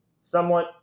somewhat